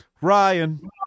Ryan